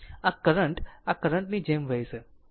તેથી કરંટ આ કરંટ ની જેમ વહેશે આ કરંટ આ રીતે વહેશે